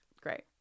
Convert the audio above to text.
great